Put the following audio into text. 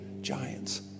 giants